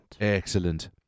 Excellent